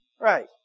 Right